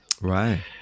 right